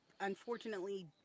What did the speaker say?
unfortunately